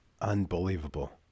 Unbelievable